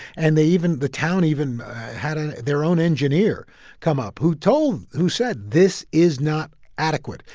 and they even the town even had ah their own engineer come up, who told who said, this is not adequate.